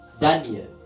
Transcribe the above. Daniel